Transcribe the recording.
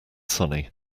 sunny